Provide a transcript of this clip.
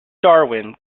darwin